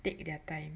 take their time